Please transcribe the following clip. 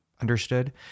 understood